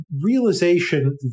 realization